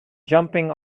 jumping